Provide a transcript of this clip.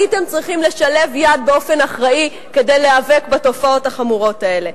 הייתם צריכים לשלב ידיים באופן אחראי כדי להיאבק בתופעות החמורות האלה,